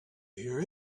hear